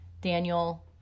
Daniel